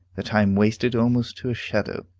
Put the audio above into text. that i am wasted almost to a shadow,